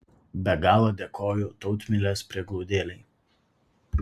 be galo dėkoju tautmilės prieglaudėlei